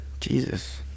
Jesus